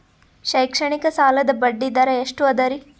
ಶೈಕ್ಷಣಿಕ ಸಾಲದ ಬಡ್ಡಿ ದರ ಎಷ್ಟು ಅದರಿ?